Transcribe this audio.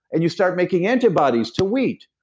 and you start making anti-bodies to wheat,